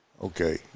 Okay